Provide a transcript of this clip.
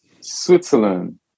Switzerland